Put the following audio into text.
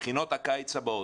בבחינות הקיץ הבאות,